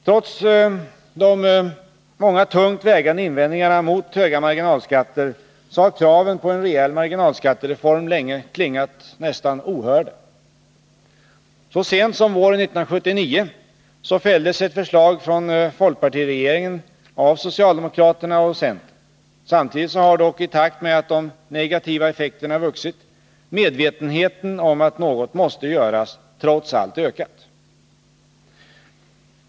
Trots de många tungt vägande invändningarna mot höga marginalskatter har kraven på en rejäl marginalskattereform länge klingat nästan ohörda. Så sent som våren 1979 fälldes ett förslag från folkpartiregeringen av socialdemokraterna och centern. Samtidigt har —i takt med att de negativa effekterna vuxit — medvetenheten om att något måste göras trots allt ökat.